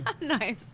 nice